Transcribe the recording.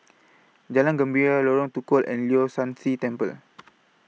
Jalan Gembira Lorong Tukol and Leong San See Temple